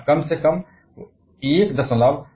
या कम से कम 167 बार